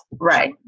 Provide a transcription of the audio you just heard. Right